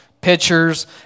pitchers